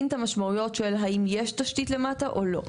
את המשמעויות של האם יש תשתית למטה או לא.